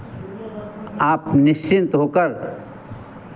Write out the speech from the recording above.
आप निश्चिंत होकर